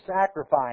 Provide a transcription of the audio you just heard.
sacrifice